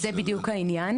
זה בדיוק העניין,